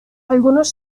algunos